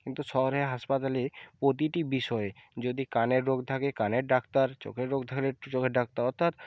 কিন্তু শহরের হাসপাতালে প্রতিটি বিষয়ে যদি কানের রোগ থাকে কানের ডাক্তার চোখের রোগ ধরে চোখের ডাক্তার অর্থাৎ